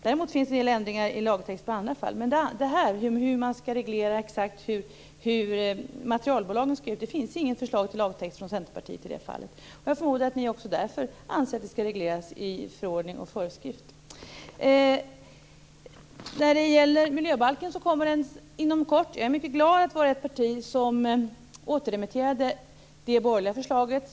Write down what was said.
Däremot finns det en del ändringar av lagtexter i andra fall, men när det gäller hur man exakt skall reglera hur materialbolagen skall se ut finns det inget förslag till lagtext från Centerpartiet. Jag förmodar att ni därför också anser att det skall regleras i förordningar och föreskrifter. Miljöbalken kommer inom kort. Jag är mycket glad över att vara med i ett parti som återremitterade det borgerliga förslaget.